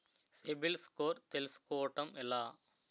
CIBIL score తెల్సుకోటం ఎలా?